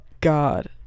God